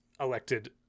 elected